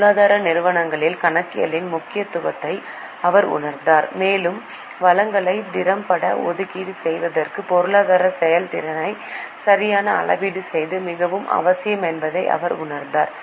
பொருளாதார நிறுவனங்களில் கணக்கியலின் முக்கியத்துவத்தை அவர் உணர்ந்தார் மேலும் வளங்களை திறம்பட ஒதுக்கீடு செய்வதற்கு பொருளாதார செயல்திறனை சரியான அளவீடு செய்வது மிகவும் அவசியம் என்பதை அவர் உணர்ந்தார்